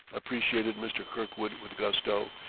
appreciated mr. kirkwood with gusto,